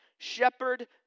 shepherd